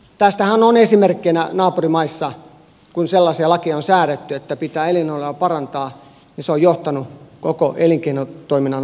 tästähän on esimerkkejä naapurimaissa että kun sellaisia lakeja on säädetty että pitää elinoloja parantaa niin se on johtanut koko elinkeinotoiminnan loppumiseen